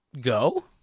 go